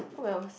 oh wells